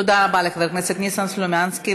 תודה רבה לחבר הכנסת ניסן סלומינסקי.